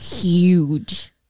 huge